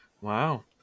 wow